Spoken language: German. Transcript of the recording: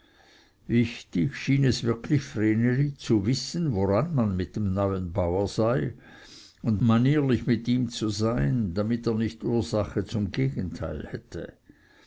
wichtig schien es wirklich vreneli zu wissen woran man mit dem neuen bauer sei und manierlich mit ihm zu sein damit er nicht ursache zum gegenteil hätte